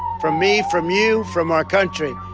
from me, from you, from our country.